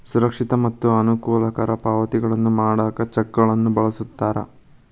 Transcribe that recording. ಸುರಕ್ಷಿತ ಮತ್ತ ಅನುಕೂಲಕರ ಪಾವತಿಗಳನ್ನ ಮಾಡಾಕ ಚೆಕ್ಗಳನ್ನ ಬಳಸ್ತಾರ